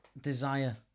Desire